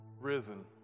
risen